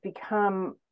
become